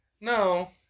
No